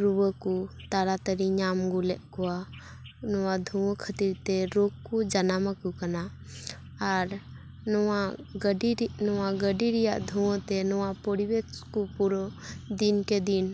ᱨᱩᱣᱟᱹ ᱠᱚ ᱛᱟᱲᱟᱛᱟᱹᱲᱤ ᱧᱟᱢ ᱜᱚᱜᱼᱮ ᱠᱚᱣᱟ ᱱᱚᱣᱟ ᱫᱷᱩᱣᱟᱹ ᱠᱷᱟᱹᱛᱤᱨ ᱛᱮ ᱨᱳᱜᱽ ᱠᱚ ᱡᱟᱱᱟᱢ ᱟᱠᱚ ᱠᱟᱱᱟ ᱟᱨ ᱱᱚᱣᱟ ᱜᱟᱹᱰᱤᱨᱮ ᱱᱚᱣᱟ ᱜᱟᱹᱰᱤ ᱨᱮᱭᱟᱜ ᱫᱷᱩᱣᱟᱹ ᱛᱮ ᱱᱚᱣᱟ ᱯᱚᱨᱤᱵᱮᱥ ᱠᱚ ᱯᱩᱨᱟᱹ ᱫᱤᱱᱠᱮ ᱫᱤᱱ